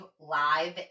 live